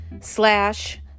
slash